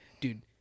Dude